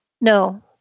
No